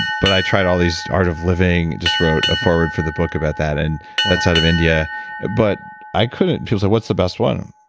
but i tried all these art of living, just wrote a foreword for the book about that, and that's out of india but i couldn't so what's the best one?